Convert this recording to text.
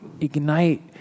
ignite